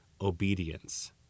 obedience